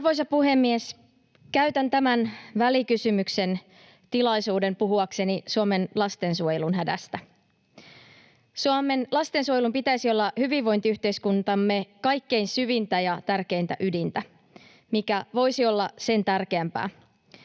Arvoisa puhemies! Käytän tämän välikysymyksen tilaisuuden puhuakseni Suomen lastensuojelun hädästä. Suomen lastensuojelun pitäisi olla hyvinvointiyhteiskuntamme kaikkein syvintä ja tärkeintä ydintä — mikä voisi olla sen tärkeämpää.